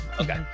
Okay